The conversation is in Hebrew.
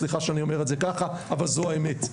סליחה שאני אומר את זה ככה אבל זו האמת,